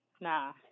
Nah